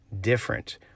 different